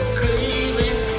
craving